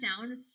down